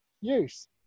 use